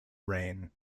rain